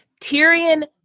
Tyrion